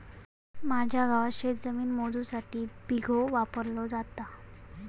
माझ्या गावात शेतजमीन मोजुसाठी बिघो वापरलो जाता